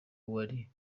wari